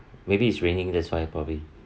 maybe it's raining that's why probably